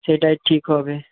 সেটাই ঠিক হবে